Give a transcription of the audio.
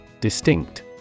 distinct